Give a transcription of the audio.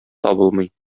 табылмый